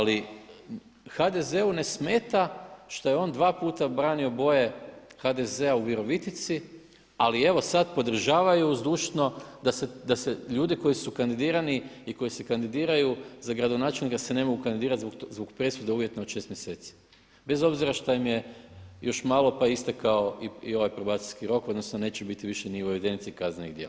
Ali HDZ-u ne smeta što je on 2 puta branio boje HDZ-a u Virovitici ali evo sad podržavaju zdušno da se ljude koji su kandidirani i koji se kandidiraju za gradonačelnika da se ne mogu kandidirati zbog presude uvjetne od 6 mjeseci, bez obzira što im je još malo pa istekao i ovaj probacijski rok odnosno neće biti više ni u evidenciji kaznenih djela.